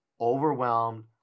overwhelmed